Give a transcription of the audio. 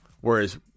Whereas